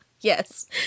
yes